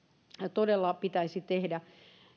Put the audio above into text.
todella pitäisi tehdä